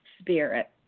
spirit